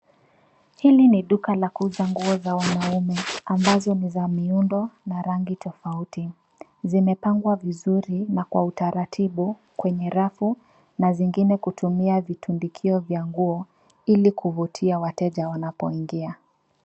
Hili ni duka la kuuza nguo za wanaume, ambazo ni za miundo na rangi tofauti .Zimepangwa vizuri na kwa utaratibu kwenye rafu, na zingine kutumia vitundikio vya nguo ili kuvutia wateja wanapoingia .